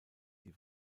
die